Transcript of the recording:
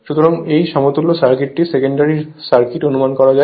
সুতরাং এই সমতুল্য সার্কিটটি সেকেন্ডারি সার্কিট অনুমান করা যায়